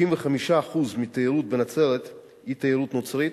95% מהתיירות בנצרת היא תיירות נוצרית,